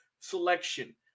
selection